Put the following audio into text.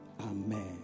Amen